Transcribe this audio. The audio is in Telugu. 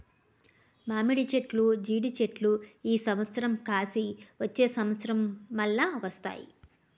మామిడి చెట్లు జీడి చెట్లు ఈ సంవత్సరం కాసి వచ్చే సంవత్సరం మల్ల వస్తాయి